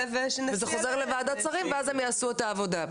זה חוזר לוועדת שרים ואז הם יעשו את העבודה.